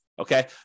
Okay